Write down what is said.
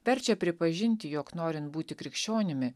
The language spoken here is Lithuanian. verčia pripažinti jog norint būti krikščionimi